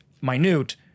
minute